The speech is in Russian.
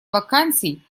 вакансий